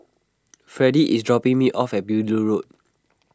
Freddy is dropping me off at Beaulieu Road